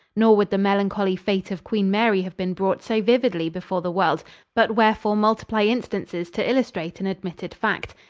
nor would the melancholy fate of queen mary have been brought so vividly before the world but wherefore multiply instances to illustrate an admitted fact?